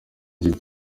igice